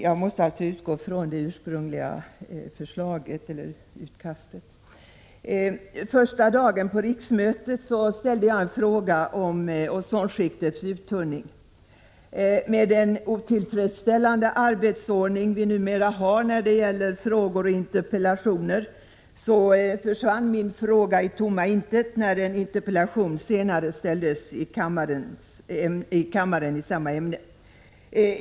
Jag måste alltså utgå ifrån det utkast till svar som ursprungligen lämnades. På riksmötets första dag ställde jag en fråga om ozonskiktets uttunning. Med den otillfredsställande arbetsordning vi numera har när det gäller frågor och interpellationer försvann min fråga ut i tomma intet när en interpellation i samma ämne senare framställdes i kammaren.